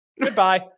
Goodbye